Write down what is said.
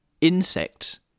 insects